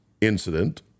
incident